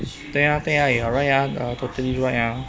对啊对啊 you are right ah totally right ah